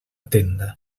tenda